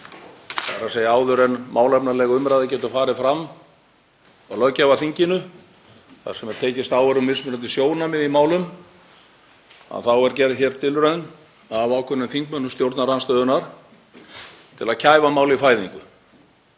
Það er áður en málefnaleg umræða getur farið fram á löggjafarþinginu þar sem er tekist á um mismunandi sjónarmið í málum. Þá er gerð tilraun af ákveðnum þingmönnum stjórnarandstöðunnar til að kæfa málið fæðingu.